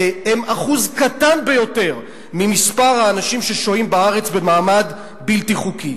הם אחוז קטן ביותר באנשים ששוהים בארץ במעמד בלתי חוקי.